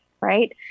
right